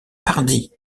pardi